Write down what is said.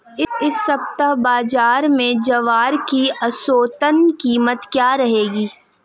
इस सप्ताह बाज़ार में ज्वार की औसतन कीमत क्या रहेगी?